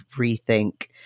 rethink